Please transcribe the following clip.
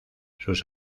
sus